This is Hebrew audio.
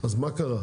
אז מה קרה?